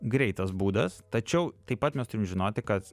greitas būdas tačiau taip pat mes turime žinoti kad